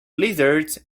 lizards